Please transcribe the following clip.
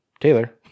Taylor